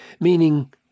meaning